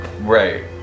Right